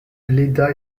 léda